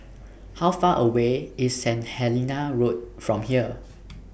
How Far away IS St Helena Road from here